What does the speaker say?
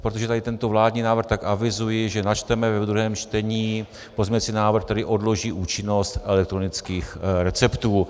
Protože je tady tento vládní návrh, tak avizuji, že načteme ve druhém čtení pozměňující návrh, který odloží účinnost elektronických receptů.